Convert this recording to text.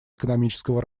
экономического